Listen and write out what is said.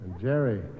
Jerry